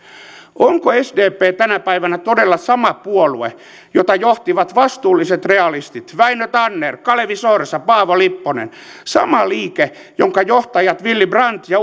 onko sdp tänä päivänä todella sama puolue jota johtivat vastuulliset realistit väinö tanner kalevi sorsa paavo lipponen sama liike jonka johtajat willy brandt ja